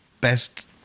best